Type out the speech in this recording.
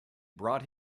brought